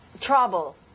trouble